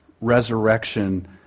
resurrection